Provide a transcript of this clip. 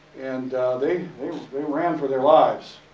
and they they ran for their lives.